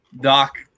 doc